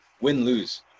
win-lose